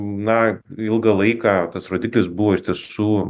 na ilgą laiką tas rodiklis buvo iš tiesų